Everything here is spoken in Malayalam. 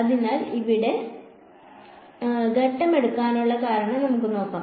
അതിനാൽ അടുത്ത ഘട്ടം എടുക്കാനുള്ള കാരണം നമുക്ക് നോക്കാം